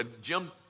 Jim